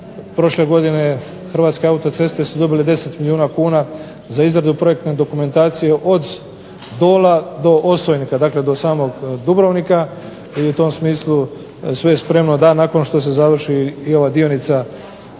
prošle godine Hrvatske autoceste su dobile 10 milijuna kuna za izradu projektne dokumentacije od Bola do Osojnika, dakle do samog Dubrovnika i u tom smislu sve je spremno da nakon što se završi i ova dionica